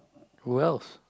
who else